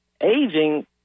aging